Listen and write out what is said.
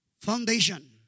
foundation